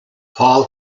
paul